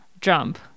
jump